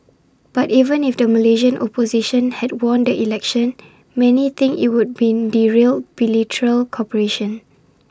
but even if the Malaysian opposition had won the election not many think IT would have derailed bilateral cooperation